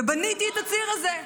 ובניתי את הציר הזה.